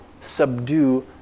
subdue